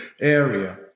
area